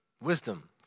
Wisdom